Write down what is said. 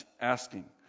asking